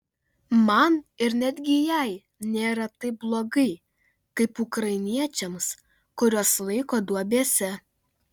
man ir netgi jai nėra taip blogai kaip ukrainiečiams kuriuos laiko duobėse